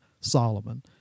Solomon